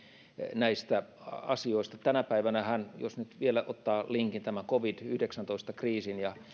näistä asioista tänä päivänähän jos nyt vielä ottaa linkin covid yhdeksäntoista kriisin ja